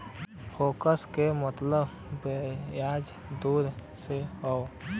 fix क मतलब बियाज दर से हौ